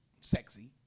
sexy